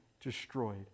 destroyed